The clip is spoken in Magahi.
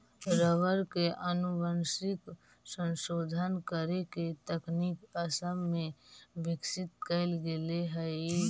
रबर के आनुवंशिक संशोधन करे के तकनीक असम में विकसित कैल गेले हई